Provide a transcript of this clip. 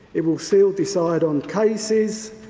it will still decide on cases,